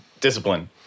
discipline